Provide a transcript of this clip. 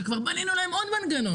שכבר בנינו להם עוד מנגנון,